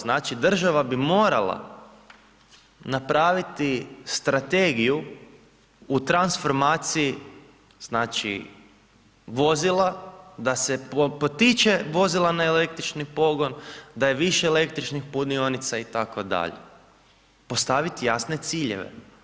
Znači država bi morala napraviti strategiju u transformaciji, znači vozila da se potiče vozila na električni pogon, da je više električnih punionica itd.., postaviti jasne ciljeve.